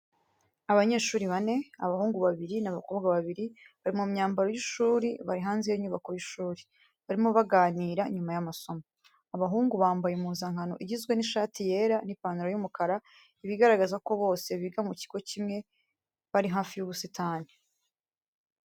Abanyeshuri bane, abahungu babiri n'abakobwa babiri bari mu myambaro y’ishuri bari hanze y’inyubako y’ishuri, barimo baganira nyuma y’amasomo. Abahungu bambaye impuzankano igizwe n'ishati yera n’ipantalo y'umukara, ibigaragaza ko bose biga mu kigo kimwe bari hafi y'ubusitani.